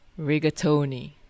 rigatoni